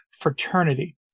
fraternity